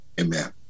amen